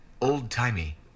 Old-timey